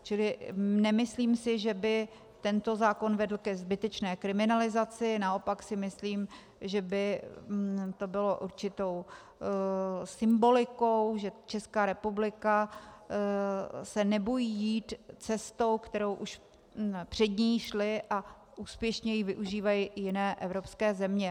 Čili nemyslím si, že by tento zákon vedl ke zbytečné kriminalizaci, naopak si myslím, že by to bylo určitou symbolikou, že Česká republika se nebojí jít cestou, kterou už před ní šly a úspěšně ji využívají jiné evropské země.